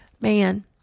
man